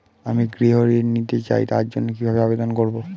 আমি গৃহ ঋণ নিতে চাই তার জন্য কিভাবে আবেদন করব?